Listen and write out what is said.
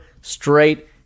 straight